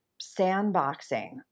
sandboxing